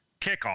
kickoff